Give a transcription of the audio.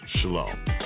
Shalom